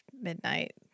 midnight